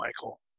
Michael